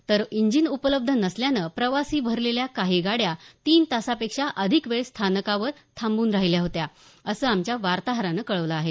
तर इंजिन उपलब्ध नसल्याने प्रवासी भरलेल्या काही गाड्या तीन तासापेक्षा अधिक वेळ स्थानकावर थांबून राहिल्या होत्या अस आमच्या वातोहरान कळवलं आहे